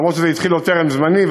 למרות שזה התחיל עוד טרם זמני,